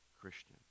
Christian